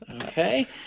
Okay